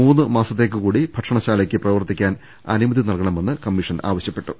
മൂന്ന് മാസത്തേക്ക് കൂടി ഭക്ഷണശാലയ്ക്ക് പ്രവർത്തിക്കാൻ അനുമതി നൽകണമെന്ന് കമ്മീഷൻ ആവശ്യപ്പെട്ടു